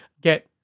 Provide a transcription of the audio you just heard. get